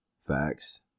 Facts